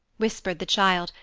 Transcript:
whispered the child,